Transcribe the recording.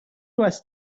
رواز